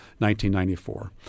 1994